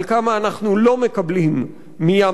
על כמה אנחנו לא מקבלים מים-המלח,